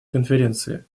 конференции